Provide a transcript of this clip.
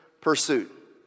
pursuit